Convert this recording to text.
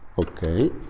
okay